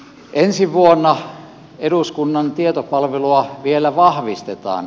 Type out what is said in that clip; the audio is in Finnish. ensi vuonna eduskunnan tietopalvelua vielä vahvistetaan